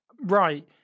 Right